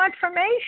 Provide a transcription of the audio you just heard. confirmation